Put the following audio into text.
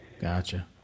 Gotcha